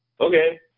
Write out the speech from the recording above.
Okay